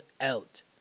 out